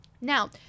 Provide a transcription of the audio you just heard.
Now